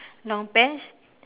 long pants